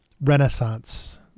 renaissance